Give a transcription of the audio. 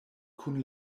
kun